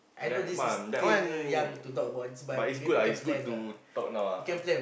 that but that one but is good ah is good to talk now ah